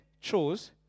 chose